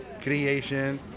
creation